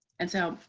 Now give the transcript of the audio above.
and so,